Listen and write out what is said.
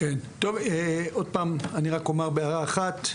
טוב, עוד פעם אני רק אומר בהערה אחת,